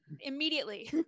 immediately